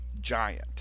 giant